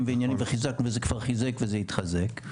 ועניינים וחיזקנו וזה כבר חיזק וזה התחזק.